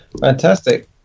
Fantastic